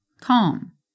Calm